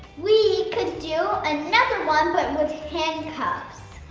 we could do another one but with handcuffs.